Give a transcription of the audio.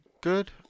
good